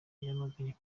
yamaganye